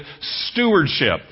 stewardship